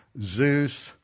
Zeus